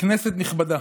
כנסת נכבדה,